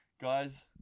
guys